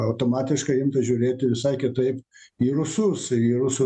automatiškai imta žiūrėti visai kitaip į rusus į rusų